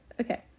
Okay